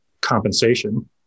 compensation